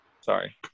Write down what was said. Sorry